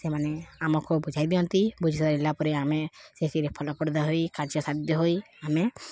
ସେମାନେ ଆମକୁ ବୁଝାଇ ଦିଅନ୍ତି ବୁଝି ସାରିଲା ପରେ ଆମେ ସେଥିରେ ଫଳପ୍ରଦ ହୋଇ କାର୍ଯ୍ୟସାଧ୍ୟ ହୋଇ ଆମେ